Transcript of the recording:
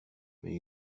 mais